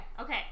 Okay